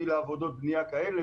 מי לעבודות בנייה כאלה,